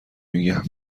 میگم